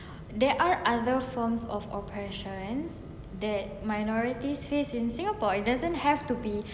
there are other form of oppression that minorities face in singapore it doesn't have to be